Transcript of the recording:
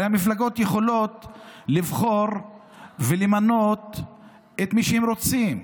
הרי המפלגות יכולות לבחור ולמנות את מי שהם רוצים.